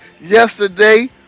Yesterday